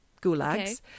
gulags